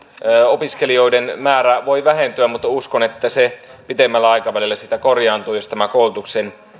opiskelijoiden määrä voi vähentyä mutta uskon että se pitemmällä aikavälillä siitä korjaantuu jos koulutuksen